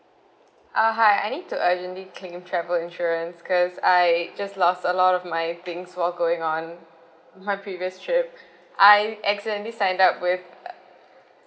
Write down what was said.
uh hi I need to urgently claim travel insurance because I just lost a lot of my things for going on my previous trip I actually signed up with